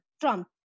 Trump